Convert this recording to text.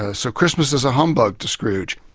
ah so christmas is a humbug to scrooge.